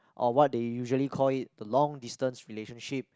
or what they usually call it the long distance relationship